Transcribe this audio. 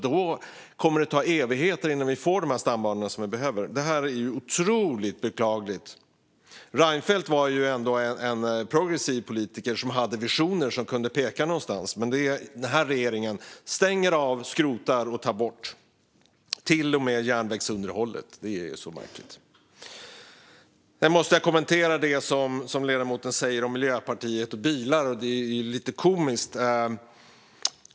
Då kommer det att ta evigheter innan vi får de stambanor vi behöver. Detta är otroligt beklagligt. Reinfeldt var ändå en progressiv politiker med visioner, men den här regeringen stänger av, skrotar och tar bort - till och med järnvägsunderhållet. Det är så märkligt. Jag måste kommentera det ledamoten sa om Miljöpartiet och bilar. Det är lite komiskt.